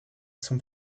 zum